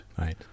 Right